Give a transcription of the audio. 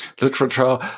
literature